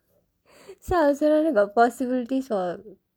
so I அவர் சொன்னாங்கள்:avar sonnaangkal got possibilities or